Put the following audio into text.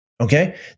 okay